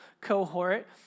cohort